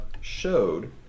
showed